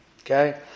Okay